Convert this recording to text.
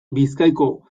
bizkaiko